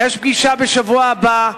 יש פגישה בשבוע הבא,